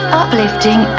uplifting